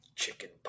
chicken